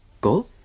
Go